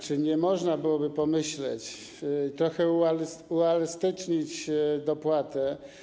Czy nie można byłoby pomyśleć, trochę uelastycznić dopłatę?